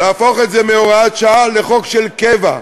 להפוך את זה מהוראת שעה לחוק של קבע.